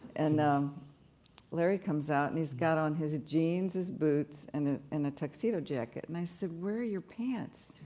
and um larry comes out and he's got on his jeans, his boots, and and a tuxedo jacket, and i said, where are your pants?